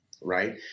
Right